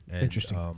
Interesting